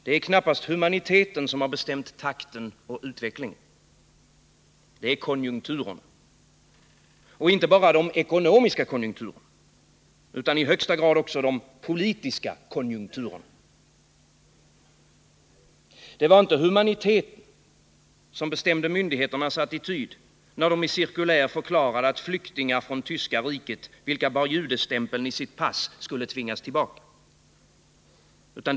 Det är knappast humaniteten som bestämt takten och utvecklingen. Det är konjunkturerna. Och inte bara de ekonomiska konjunkturerna, utan i högsta grad också de politiska konjunkturerna. Det var inte humanitet som bestämde myndigheternas attityd. när de i cirkulär förklarade att flyktingar från Tyska riket, vilka bar judestämpeln i sitt pass, skulle tvingas tillbaka.